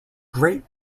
great